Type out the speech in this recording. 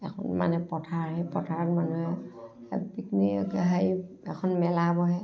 এখন মানে পথাৰ সেই পথাৰত মানুহে পিকনিক হেৰি এখন মেলা বহে